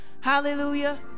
Hallelujah